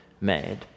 made